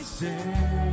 say